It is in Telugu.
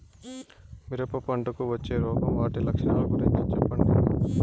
మిరప పంటకు వచ్చే రోగం వాటి లక్షణాలు గురించి చెప్పండి?